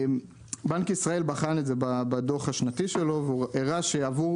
בנק ישראל בחן את זה בדוח השנתי שלו והוא הראה שעבור